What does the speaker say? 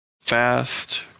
fast